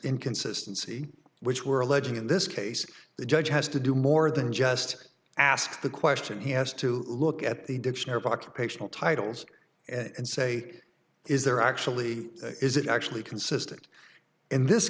inconsistency which were alleging in this case the judge has to do more than just ask the question he has to look at the dictionary talk to patient titles and say is there actually is it actually consistent in this